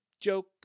joke